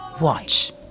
watch